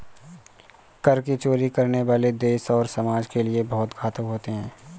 कर की चोरी करने वाले देश और समाज के लिए बहुत घातक होते हैं